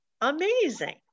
Amazing